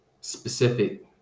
specific